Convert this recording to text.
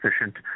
efficient